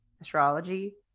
astrology